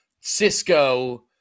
cisco